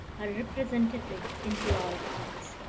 her representative, into our hearts.